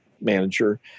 manager